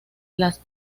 las